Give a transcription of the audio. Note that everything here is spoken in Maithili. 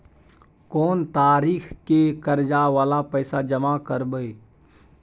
कोन तारीख के कर्जा वाला पैसा जमा करबे?